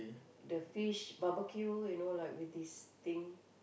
the fish barbeque you know like with this thing